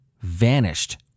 vanished